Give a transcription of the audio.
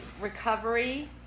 recovery